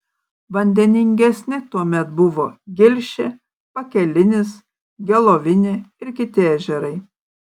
vandeningesni tuomet buvo gilšė pakelinis gelovinė ir kiti ežerai